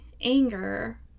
anger